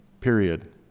Period